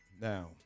Now